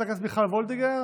חברת הכנסת מיכל וולדיגר,